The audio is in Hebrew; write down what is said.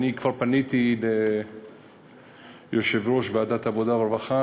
כבר פניתי ליושב-ראש ועדת העבודה והרווחה